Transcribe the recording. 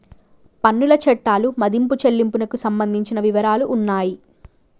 పన్నుల చట్టాలు మదింపు చెల్లింపునకు సంబంధించిన వివరాలు ఉన్నాయి